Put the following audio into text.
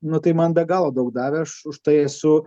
nu tai man be galo daug davė aš už tai esu